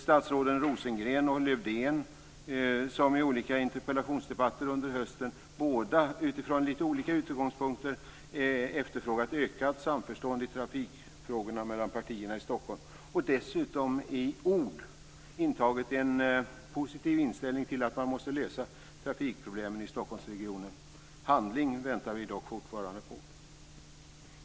Statsråden Rosengren och Lövdén har i olika interpellationsdebatter under hösten båda, från lite olika utgångspunkter, efterfrågat ökat samförstånd i trafikfrågorna mellan partierna i Stockholm och har dessutom i ord intagit en positiv inställning till att man måste lösa trafikproblemen i Stockholmsregionen. Handling väntar vi dock fortfarande på.